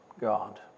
God